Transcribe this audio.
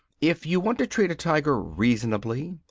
if you want to treat a tiger reasonably,